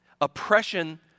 Oppression